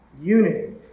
unity